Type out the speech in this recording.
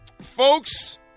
Folks